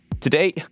today